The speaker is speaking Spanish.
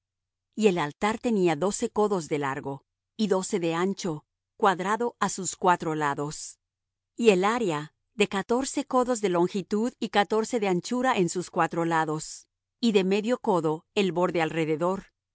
y el altar tenía doce codos de largo y doce de ancho cuadrado á sus cuatro lados y el área de catorce codos de longitud y catorce de anchura en sus cuatro lados y de medio codo el borde alrededor